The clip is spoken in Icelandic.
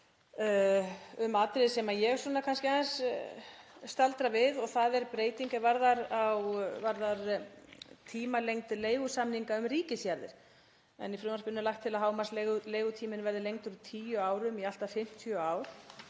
um atriði sem ég staldra aðeins við. Það er breyting er varðar tímalengd leigusamninga um ríkisjarðir en í frumvarpinu er lagt til að hámarksleigutími verði lengdur úr tíu árum í allt að 50 ár.